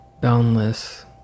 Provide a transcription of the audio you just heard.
boundless